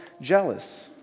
jealous